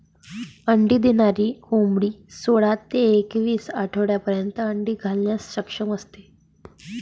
अंडी देणारी कोंबडी सोळा ते एकवीस आठवड्यांपर्यंत अंडी घालण्यास सक्षम असते